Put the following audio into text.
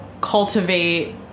cultivate